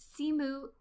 Simu